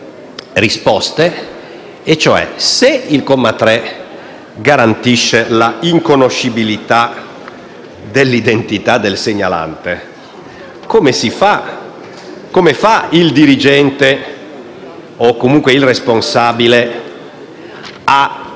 risposte: se il comma 3 garantisce la inconoscibilità dell'identità del segnalante, come fa il dirigente, o comunque il responsabile, a